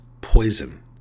poison